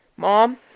Mom